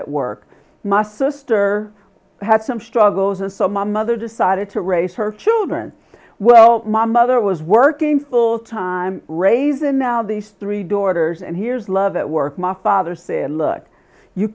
at work must sister had some struggles and so my mother decided to raise her children well my mother was working full time raising now these three daughters and here's love at work my father said look you